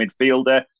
midfielder